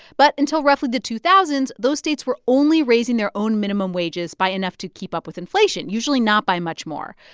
but until roughly the two thousand s, those states were only raising their own minimum wages by enough to keep up with inflation, usually not by much more.